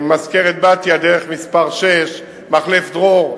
מזכרת-בתיה, דרך מס' 6, מחלף דרור,